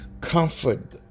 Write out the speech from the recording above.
comfort